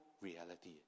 reality